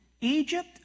Egypt